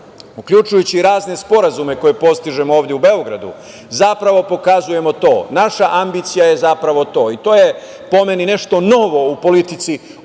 uključujući razne sporazume koje postižemo ovde u Beogradu, zapravo pokazujemo to. Naša ambicija je zapravo to i to je po meni nešto novo u politici, odnosa